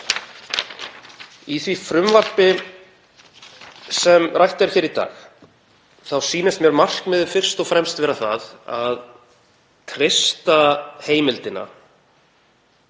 Í því frumvarpi sem rætt var fyrr í dag þá sýnist mér markmiðið fyrst og fremst vera að treysta heimildina,